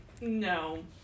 no